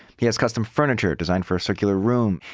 he has custom furniture designed for a circular room.